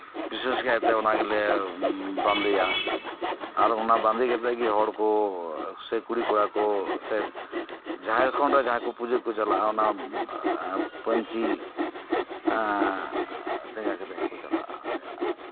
ᱵᱤᱥᱮᱹᱥ ᱠᱟᱭᱛᱮ ᱚᱱᱟ ᱜᱮᱞᱮ ᱵᱟᱸᱫᱮᱭᱟ ᱚᱱᱟ ᱵᱟᱸᱫᱮ ᱠᱟᱛᱮᱜ ᱜᱮ ᱦᱚᱲ ᱠᱚ ᱥᱮ ᱠᱩᱲᱤ ᱠᱚᱲᱟ ᱠᱚ ᱥᱮ ᱡᱷᱟᱲᱠᱷᱚᱱᱰ ᱨᱮ ᱡᱟᱸᱦᱟᱭ ᱠᱚ ᱯᱩᱡᱟᱹᱜ ᱠᱚ ᱪᱟᱞᱟᱜ ᱚᱱᱟ ᱯᱟᱧᱪᱤ ᱰᱮᱸᱜᱟ ᱠᱟᱛᱮᱜ ᱜᱮᱠᱚ ᱪᱟᱞᱟᱜᱼᱟ